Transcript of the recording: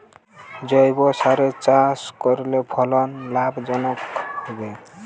জৈবসারে চাষ করলে ফলন লাভজনক হবে?